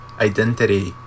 Identity